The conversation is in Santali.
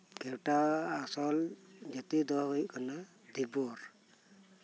ᱠᱮᱣᱴᱟᱣᱟᱜ ᱟᱥᱚᱞ ᱡᱟᱹᱛᱤᱫᱚ ᱦᱩᱭᱩᱜ ᱠᱟᱱᱟ ᱫᱷᱤᱵᱚᱨ